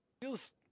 feels